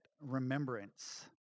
remembrance